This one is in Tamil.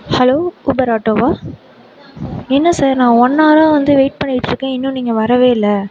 ஹலோ ஊபர் ஆட்டோவா என்ன சார் நான் ஒன் ஹவராக வந்து வெயிட் பண்ணிகிட்டு இருக்கேன் இன்னும் நீங்கள் வரவே இல்லை